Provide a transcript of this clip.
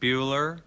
Bueller